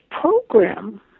program